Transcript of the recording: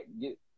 get